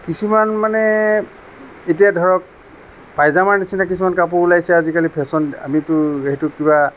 কিছুমান মানে এতিয়া ধৰক পায়জামাৰ নিচিনা কিছুমান কাপোৰ ওলাইছে আজিকালি ফেশ্বন আমিতো সেইটো কিবা